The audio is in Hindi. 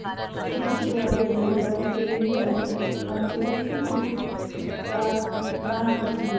कुछ स्टोर अधिक खरीदारी के लिए अतिरिक्त छूट प्रदान करते हैं